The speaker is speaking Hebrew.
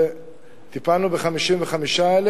וטיפלנו ב-55,000,